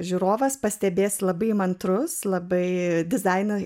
žiūrovas pastebės labai įmantrus labai dizainą